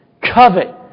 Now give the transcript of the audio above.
covet